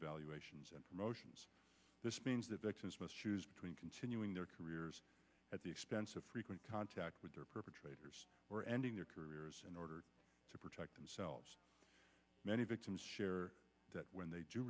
evaluations and promotions this means that they must use between continuing their careers at the expense of frequent contact with their perpetrators were ending their careers in order to protect themselves many victims share that when they do